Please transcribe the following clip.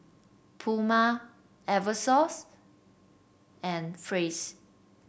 Puma Eversoft and Praise